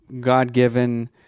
God-given